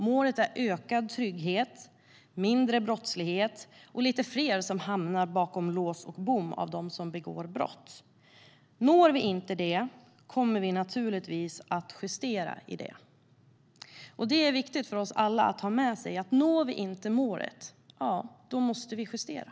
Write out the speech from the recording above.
Målet är ökad trygghet, mindre brottslighet och lite fler som hamnar bakom lås och bom av de som begår brott. Når vi inte det kommer vi naturligtvis att justera i det." Och det är viktigt för oss alla att ha med oss att om vi inte når målet måste vi justera.